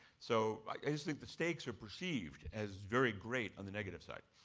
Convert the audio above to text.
so i think the stakes are perceived as very great on the negative side.